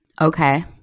Okay